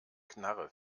knarre